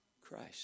Christ